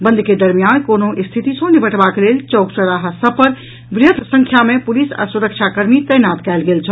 बंद के दरमियान कोनहुँ स्थिति सँ निबटबाक लेल चौक चौराहा सभ पर वृहत संख्या मे पुलिस आ सुरक्षाकर्मी तैनात कयल गेल छल